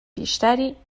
بیشتری